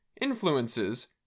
influences